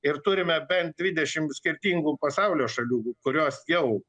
ir turime bent dvidešims skirtingų pasaulio šalių kurios jau